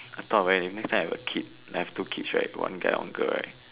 I thought of when next time if I have a kid like two kids right one guy one girl right